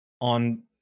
on